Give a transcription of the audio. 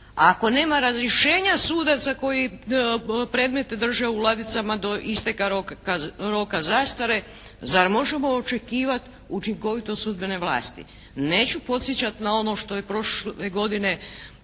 ako nema razrješenja sudaca koji predmet drže u ladicama do isteka roka zastare zar možemo očekivati učinkovitost sudbene vlasti. Neću podsjećati na ono što je prošle godine